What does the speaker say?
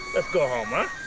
go home